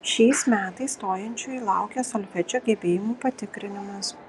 šiais metais stojančiųjų laukia solfedžio gebėjimų patikrinimas